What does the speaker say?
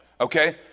okay